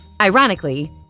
Ironically